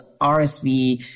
RSV